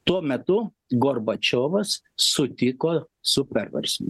tuo metu gorbačiovas sutiko su perversmu